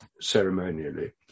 ceremonially